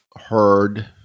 heard